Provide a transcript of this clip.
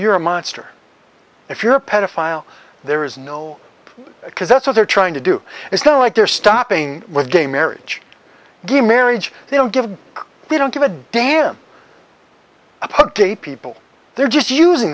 you're a monster if you're a pedophile there is no because that's what they're trying to do it's not like they're stopping with gay marriage gay marriage they don't give a we don't give a damn about gay people they're just using